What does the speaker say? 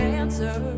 answer